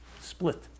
split